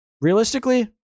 realistically